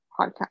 podcast